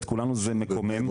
את כולנו זה מקומם.